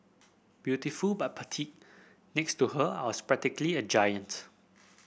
beautiful but petite next to her I was practically a giant